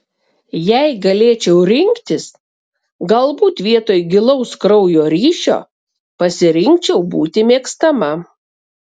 jei galėčiau rinktis galbūt vietoj gilaus kraujo ryšio pasirinkčiau būti mėgstama